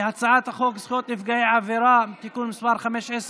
הצעת חוק זכויות נפגעי עבירה (תיקון מס' 15)